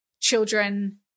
children